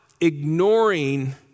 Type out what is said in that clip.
ignoring